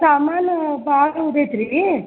ಸಾಮಾನು ಭಾಳ್ ಉದೈತ್ರೀ